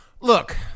Look